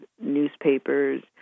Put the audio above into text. newspapers